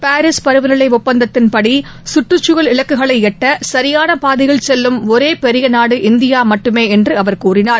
Paris பருவநிலை ஒப்பந்தத்தின் படி கற்றுச்சூழல் இலக்குகளை எட்ட சரியாள பாதையில் செல்லும் ஒரே பெரிய நாடு இந்தியா மட்டுமே என்று அவர் கூறினார்